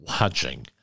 watching